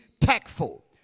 tactful